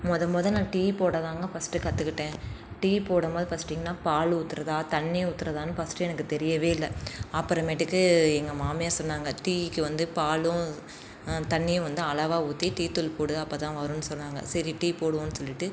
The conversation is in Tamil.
மொதல் மொதல் நான் டீ போட தாங்க ஃபஸ்ட்டு கற்றுக்கிட்டேன் டீ போடும் போது ஃபஸ்ட்டு என்ன பால் ஊற்றுறதா தண்ணி ஊற்றுறதானு ஃபஸ்ட்டு எனக்கு தெரியவே இல்லை அப்புறமேட்டுக்கு எங்கள் மாமியார் சொன்னாங்க டீக்கு வந்து பாலும் தண்ணியும் வந்து அளவாக ஊற்றி டீத்தூள் போடு அப்போ தான் வரும்னு சொன்னாங்க சரி டீ போடுவோன்னு சொல்லிவிட்டு